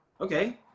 okay